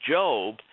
Job